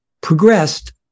progressed